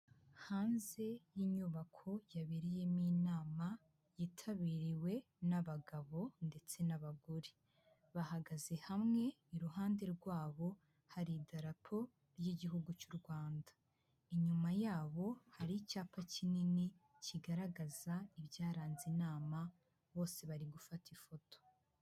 Hanze y'inyubako yabereyemo inama yitabiriwe n'abagabo ndetse n'abagore, bahagaze hamwe, iruhande rwabo hari idarapo ry'Igihugu cy'u Rwanda, inyuma yabo hari icyapa kinini kigaragaza ibyaranze inama, bose bari gufata ifoto.